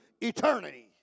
eternity